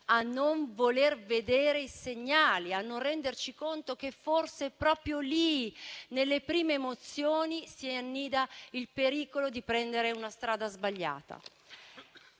a non voler vedere i segnali, a non renderci conto che forse proprio lì, nelle prime emozioni, si annida il pericolo di prendere una strada sbagliata.